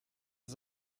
ist